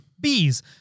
bees